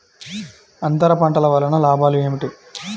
అంతర పంటల వలన లాభాలు ఏమిటి?